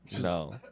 No